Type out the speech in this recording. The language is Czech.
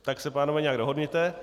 Tak se, pánové, nějak dohodněte.